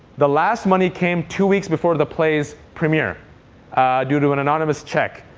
the last money came two weeks before the play's premiere due to an anonymous check.